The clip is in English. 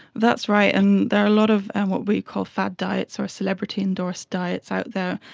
that's right, and there are a lot of and what we call fad diets or celebrity endorsed diets out there,